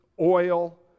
oil